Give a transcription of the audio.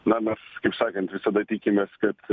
na mes kaip sakant visada tikimės kad